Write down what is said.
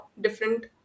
different